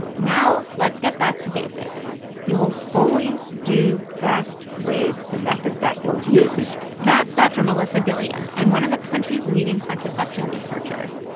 now let's get back to basics you will always do best with the method that you'll use that's dr. melissa gilliam and one of the country's leading contraception researchers.